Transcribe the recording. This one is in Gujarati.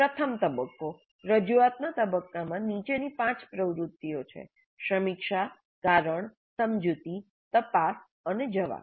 પ્રથમ તબક્કો રજૂઆતના તબક્કામાં નીચેની પાંચ પ્રવૃત્તિઓ છે સમીક્ષા કારણ સમજૂતી તપાસ અને જવાબ